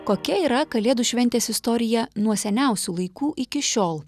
kokia yra kalėdų šventės istorija nuo seniausių laikų iki šiol